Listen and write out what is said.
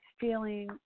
feeling